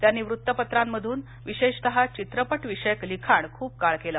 त्यांनी वृत्तपत्रांमधून विशेषतः चित्रपटविषयक लिखाण खूप काळ केलं